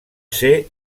ser